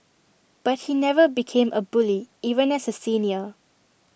but he never became A bully even as A senior